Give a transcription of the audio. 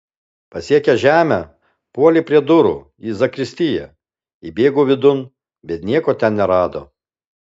pasiekęs žemę puolė prie durų į zakristiją įbėgo vidun bet nieko ten nerado